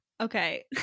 Okay